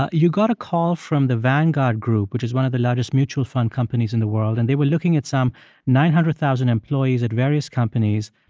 ah you got a call from the vanguard group, which is one of the largest mutual fund companies in the world. and they were looking at some nine hundred thousand employees at various companies,